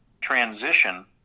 transition